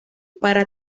para